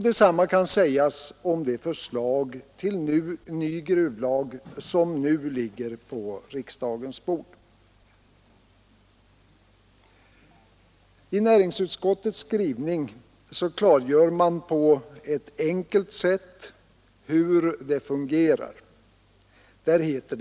Detsamma kan sägas om det förslag till ny gruvlag som nu ligger på riksdagens bord. I näringsutskottets skrivning klargör man på ett enkelt sätt hur inmutningssystemet fungerar.